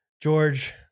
George